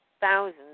thousands